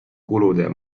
kulude